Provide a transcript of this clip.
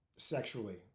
Sexually